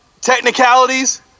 technicalities